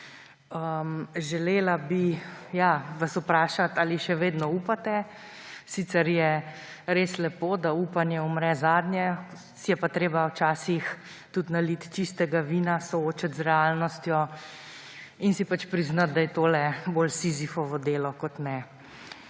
Želela bi vas vprašati, ali še vedno upate. Sicer je res lepo, da upanje umre zadnje, si je pa treba včasih tudi naliti čistega vina, se soočiti z realnostjo in si priznati, da je tole bolj Sizifovo delo kot ne.